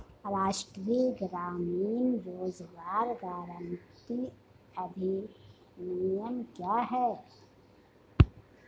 राष्ट्रीय ग्रामीण रोज़गार गारंटी अधिनियम क्या है?